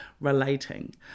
relating